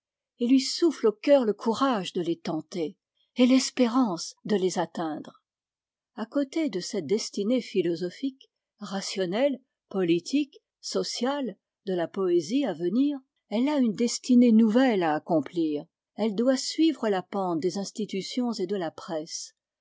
et lui souffle au cœur le courage de les tenter et l'espérance de les atteindre a côté de cette destinée philosophique rationnelle politique sociale de la poésie à venir elle a une destinée nouvelle à accomplir elle doit suivre la pente des institutions et de la presse